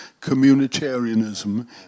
communitarianism